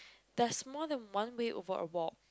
that's more than one way over a wall